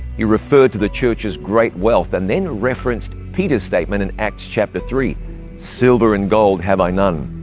he referred to the church's great wealth and then referenced peter's statement in acts chapter three silver and gold have i none.